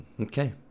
Okay